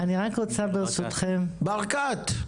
ברקת?